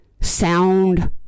sound